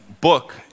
book